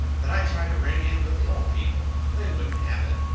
that i tried to ring in with the old people, but they wouldn't have it.